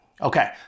Okay